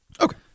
Okay